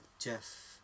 Jeff